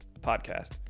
Podcast